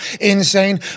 insane